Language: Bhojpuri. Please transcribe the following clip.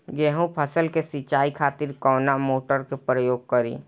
गेहूं फसल के सिंचाई खातिर कवना मोटर के प्रयोग करी?